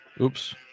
Oops